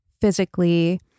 physically